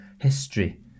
history